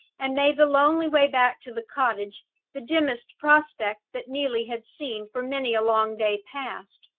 and made the lonely way back to the cottage the dimmest prospect that neelie had seen for many a long day past.